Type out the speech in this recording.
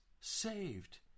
saved